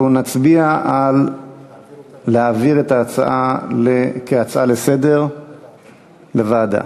אנחנו נצביע על העברת ההצעה כהצעה לסדר-היום לוועדה.